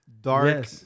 dark